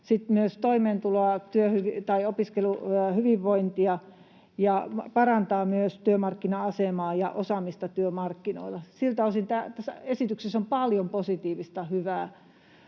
sitten myös toimeentuloa ja opiskeluhyvinvointia sekä parantaa työmarkkina-asemaa ja osaamista työmarkkinoilla. Siltä osin tässä esityksessä on paljon positiivista hyvää,